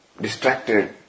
distracted